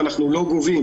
ואנחנו לא גובים